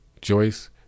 Joyce